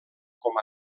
com